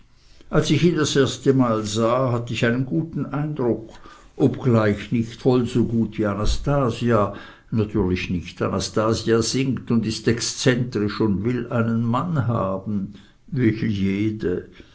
als ich ihn das erstemal sah hatt ich einen guten eindruck obgleich nicht voll so gut wie anastasia natürlich nicht anastasia singt und ist exzentrisch und will einen mann haben will jede